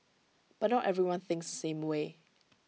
but not everyone thinks the same way